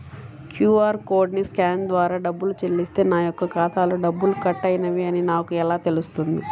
QR కోడ్ని scan ద్వారా డబ్బులు చెల్లిస్తే నా యొక్క ఖాతాలో డబ్బులు కట్ అయినవి అని నాకు ఎలా తెలుస్తుంది?